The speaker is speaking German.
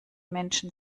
menschen